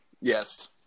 Yes